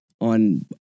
on